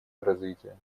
развития